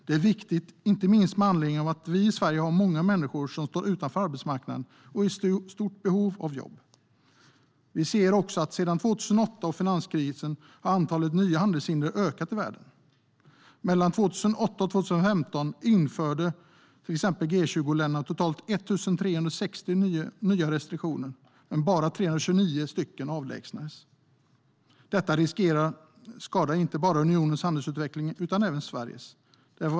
Det är viktigt, inte minst med anledning av att vi i Sverige har många människor som står utanför arbetsmarknaden och är i stort behov av jobb. Vi ser också att sedan 2008 och finanskrisen har antalet nya handelshinder ökat i världen. Mellan 2008 och 2015 införde till exempel G20-länderna totalt 1 360 nya restriktioner medan bara 329 avlägsnades. Detta riskerar att skada inte bara unionens handelsutveckling utan även Sveriges.